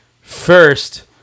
first